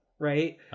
Right